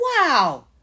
wow